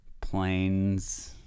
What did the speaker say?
Planes